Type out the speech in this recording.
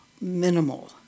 minimal